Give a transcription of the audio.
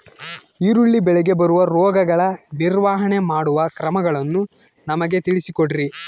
ಈರುಳ್ಳಿ ಬೆಳೆಗೆ ಬರುವ ರೋಗಗಳ ನಿರ್ವಹಣೆ ಮಾಡುವ ಕ್ರಮಗಳನ್ನು ನಮಗೆ ತಿಳಿಸಿ ಕೊಡ್ರಿ?